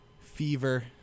Fever